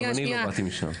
גם אני לא באתי משם.